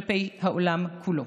החלטות כלפי העולם כולו.